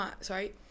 sorry